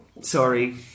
sorry